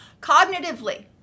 cognitively